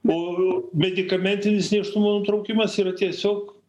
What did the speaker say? o medikamentinis nėštumo nutraukimas yra tiesiog